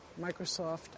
Microsoft